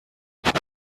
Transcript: what